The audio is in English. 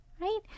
right